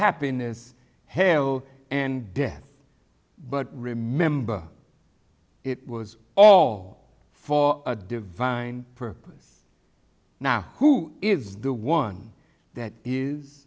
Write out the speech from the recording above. happiness hell and death but remember it was all for a divine purpose now who is the one that is